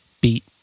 beat